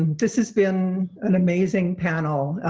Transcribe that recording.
this has been an amazing panel